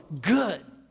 good